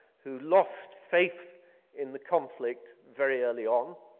who lost faith in the conflict very early on.